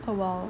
awhile